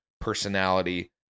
personality